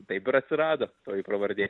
taip ir atsirado toji pravardė